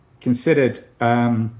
considered –